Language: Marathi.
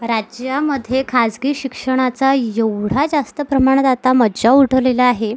राज्यामध्ये खाजगी शिक्षणाचा एवढा जास्त प्रमाणात आता मज्जाव उठवलेला आहे